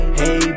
hey